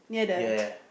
ya